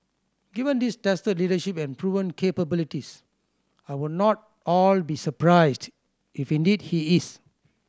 given his tested leadership and proven capabilities I would not all be surprised if indeed he is